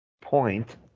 point